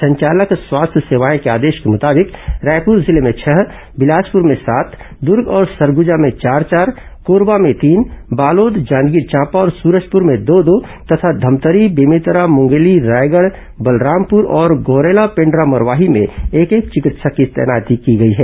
संचालक स्वास्थ्य सेवाएं के आदेश के मुताबिक रायपुर जिले में छह बिलासपुर में सात दुर्ग और सरगुजा में चार चार कोरबा में तीन बालोद जांजगीर चांपा और सूरजपूर में दो दो तथा धमतरी बेमेतरा मुंगेली रायगढ़ बलरामपूर और गौरेला पेण्ड्रा मरवाही में एक एक चिकित्सक की तैनाती की गई है